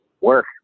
work